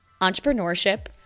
entrepreneurship